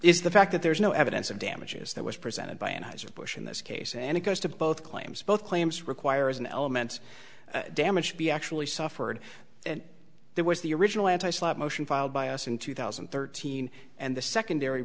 is the fact that there is no evidence of damages that was presented by an eyes or bush in this case and it goes to both claims both claims requires an element damage be actually suffered and there was the original anti slap motion filed by us in two thousand and thirteen and the secondary